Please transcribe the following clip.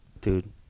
Dude